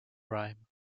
rhyme